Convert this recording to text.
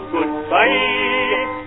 Goodbye